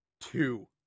two